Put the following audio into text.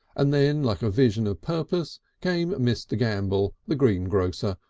and then like a vision of purpose came mr. gambell, the greengrocer,